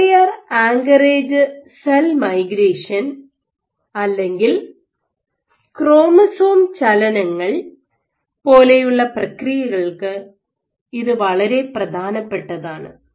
nuclear anchorage cell migration അല്ലെങ്കിൽ chromosome ചലനങ്ങൾ പോലെയുള്ള പ്രക്രിയകൾക്ക് ഇത് വളരെ പ്രധാനപ്പെട്ടതാണ്